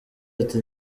ati